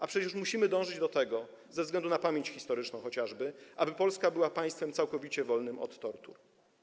A przecież musimy dążyć do tego, ze względu na pamięć historyczną chociażby, aby Polska była państwem całkowicie wolnym od tortur.